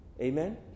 Amen